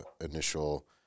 initial